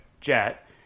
jet